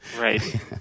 Right